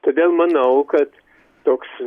todėl manau kad toks